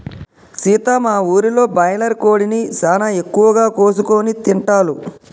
సీత మా ఊరిలో బాయిలర్ కోడిని సానా ఎక్కువగా కోసుకొని తింటాల్లు